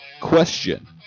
Question